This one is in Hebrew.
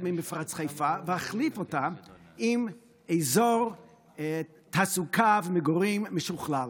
ממפרץ חיפה ולהחליף אותה באזור תעסוקה ומגורים משוכלל.